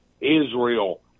Israel